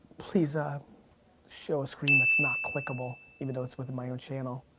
please ah show a screen that's not clickable, even though it's within my own channel.